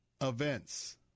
events